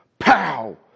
Pow